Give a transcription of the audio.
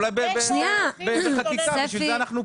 שכר המאבטחים היום הוא 36 שקלים לשעה.